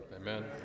Amen